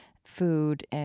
food